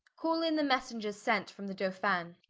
call in the messengers sent from the dolphin.